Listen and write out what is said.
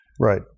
Right